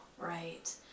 right